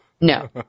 No